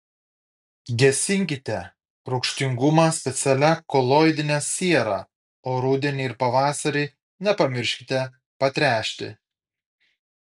gesinkite rūgštingumą specialia koloidine siera o rudenį ir pavasarį nepamirškite patręšti